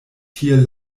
tiel